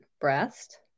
breast